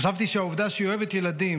חשבתי שהעובדה שהיא אוהבת ילדים,